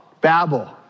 Babel